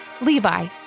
Levi